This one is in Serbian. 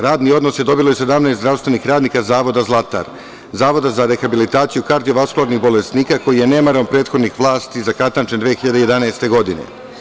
Radni odnos je dobilo 17 zdravstvenih radnika Zavoda „Zlatar“, Zavoda za rehabilitaciju kardiovaskularnih bolesnika, koji je nemarom prethodnih vlasti zakatančen 2011. godine.